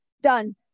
done